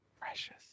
Precious